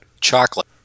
chocolate